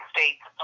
States